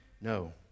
No